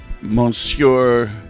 Monsieur